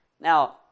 Now